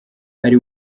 ari